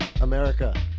America